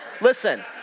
Listen